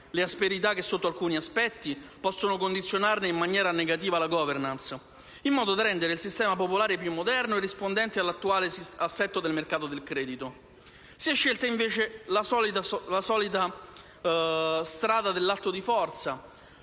le asperità che sotto alcuni aspetti possono condizionarne in maniera negativa la *governance*, in modo da rendere il sistema delle popolari più moderno e rispondente all'attuale assetto del mercato del credito. Si è scelta, invece, la solita strada dell'atto di forza